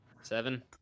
Seven